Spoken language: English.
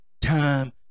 time